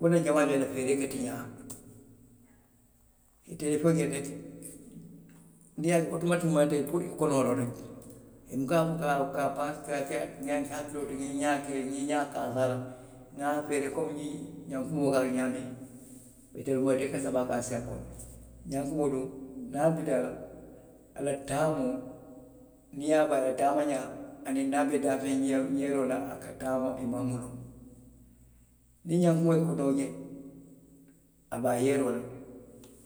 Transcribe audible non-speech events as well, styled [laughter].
Wo laŋ na jamaa jamaa i la feeree ka tiňaa. Itelu fo ka i beti, niŋ a je doroŋ, otomatikomaŋ i ka bori i konoo doroŋ ne ye; i buka, ka, ka a ke [unintelligible] komi xankumoo ka a ke xaamiŋ. Itelu ka sappi a kaŋ senboo le la? Ňankumoo duŋ, niŋ a bi taa la, a la taamoo, niŋ i ye a [unintelligible] a la taamaňaa la, aniŋ niŋ a be daafeŋ yeeroo la, a taama, i maŋ muluŋ. Niŋ ňankumoo ye kunoo je, a be a yeeroo la.